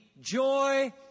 joy